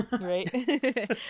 Right